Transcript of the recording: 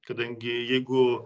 kadangi jeigų